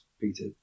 Peter